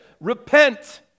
repent